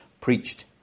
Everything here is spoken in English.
preached